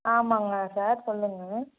ஆமாங்க சார் சொல்லுங்கள்